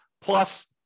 plus